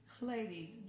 Ladies